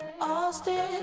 Austin